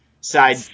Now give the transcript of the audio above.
side